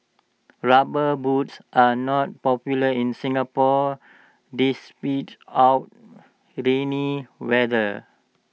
rubber boots are not popular in Singapore despite our rainy weather